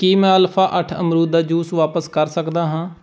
ਕੀ ਮੈਂ ਅਲਫਾ ਅੱਠ ਅਮਰੂਦ ਦਾ ਜੂਸ ਵਾਪਸ ਕਰ ਸਕਦਾ ਹਾਂ